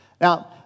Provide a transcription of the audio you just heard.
Now